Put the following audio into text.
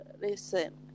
Listen